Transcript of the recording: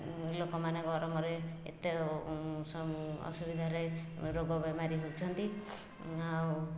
ଲୋକମାନେ ଗରମ ରେ ଏତେ ଅସୁବିଧାରେ ରୋଗ ବେମାରୀ ହେଉଛନ୍ତି ଆଉ